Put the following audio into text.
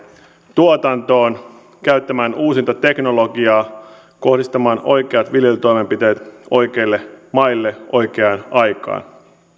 tuotantoon käyttämään uusinta teknologiaa kohdistamaan oikeat viljelytoimenpiteet oikeille maille oikeaan aikaan